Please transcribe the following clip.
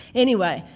anyway,